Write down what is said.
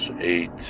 eight